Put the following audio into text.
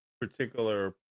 particular